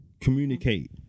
Communicate